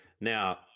Now